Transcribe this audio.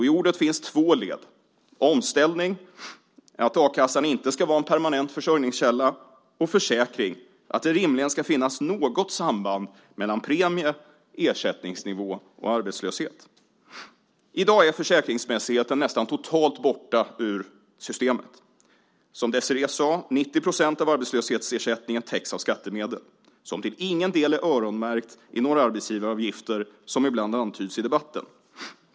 I ordet finns två led: omställning, det vill säga att a-kassan inte ska vara en permanent försörjningskälla, och försäkring, det vill säga att det rimligen ska finnas något samband mellan premie, ersättningsnivå och arbetslöshet. I dag är försäkringsmässigheten nästan totalt borta ur systemet. Som Désirée sade täcks 90 % av arbetslöshetsersättningen av skattemedel som till ingen del är öronmärkta i några arbetsgivaravgifter, som ibland antyds i debatten.